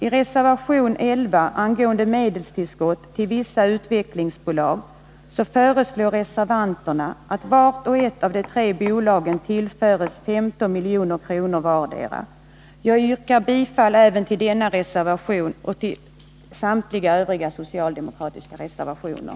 I reservation nr 11 angående medelstillskott till vissa utvecklingsbolag föreslår reservanterna att de tre bolagen tillförs 15 milj.kr. vartdera. Jag yrkar bifall till även denna reservation och till samtliga övriga socialdemokratiska reservationer.